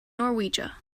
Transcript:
norwegia